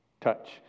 touch